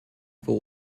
for